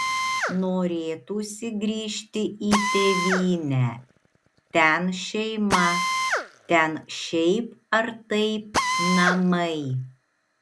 norėtųsi grįžti į tėvynę ten šeima ten šiaip ar taip namai